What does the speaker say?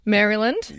Maryland